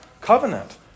covenant